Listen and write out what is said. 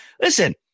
listen